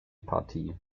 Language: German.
partie